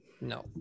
No